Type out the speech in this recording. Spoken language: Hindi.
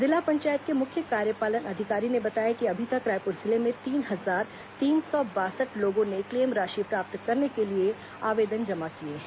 जिला पंचायत के मुख्य कार्यपालन अधिकारी ने बताया कि अभी तक रायपुर जिले में तीन हजार तीन सौ बासठ लोगों ने क्लेम राशि प्राप्त करने के लिए आवेदन जमा किए हैं